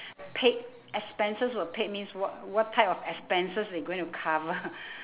paid expenses expenses were paid means what what type of expenses they going to cover